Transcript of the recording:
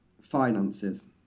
Finances